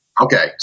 Okay